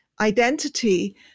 identity